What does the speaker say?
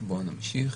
בואו נמשיך.